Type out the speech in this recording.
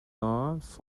forms